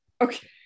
Okay